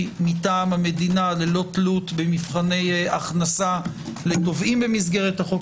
מטעם המדינה ללא תלות במבחני הכנסה לתובעים במסגרת החוק